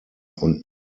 und